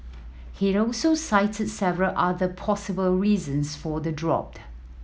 he also cited several other possible reasons for the drop